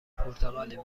پرتغالیم